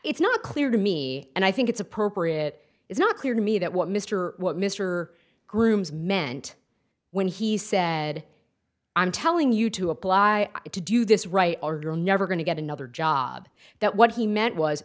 not clear to me and i think it's appropriate it's not clear to me that what mr what mr grooms meant when he said i'm telling you to apply to do this right are never going to get another job that what he meant was